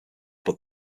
but